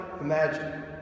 imagine